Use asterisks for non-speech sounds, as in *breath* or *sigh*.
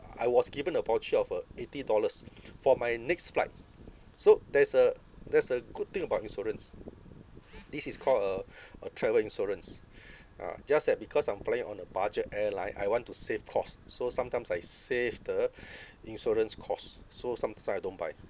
I was given a voucher of uh eighty dollars *noise* for my next flight so that's a that's a good thing about insurance this is called a *breath* a travel insurance *breath* ah just that because I'm flying on a budget airline I want to save cost so sometimes I save the *breath* insurance costs so sometime I don't buy